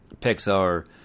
Pixar